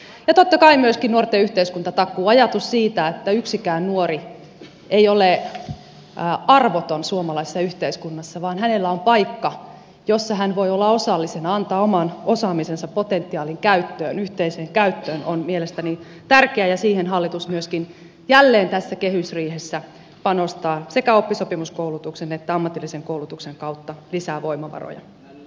ja totta kai myöskin nuorten yhteiskuntatakuu ajatus siitä että yksikään nuori ei ole arvoton suomalaisessa yhteiskunnassa vaan hänellä on paikka jossa hän voi olla osallisena antaa oman osaamisensa potentiaalinsa yhteiseen käyttöön on mielestäni tärkeä ja siihen hallitus myöskin jälleen tässä kehysriihessä panostaa antamalla sekä oppisopimuskoulutuksen että ammatillisen koulutuksen kautta lisää voimavaroja